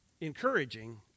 encouraging